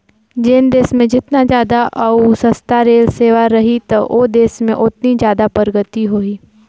जेन देस मे जेतना जादा अउ सस्ता रेल सेवा रही त ओ देस में ओतनी जादा परगति होही